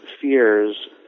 fears